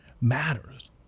matters